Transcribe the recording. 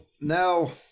now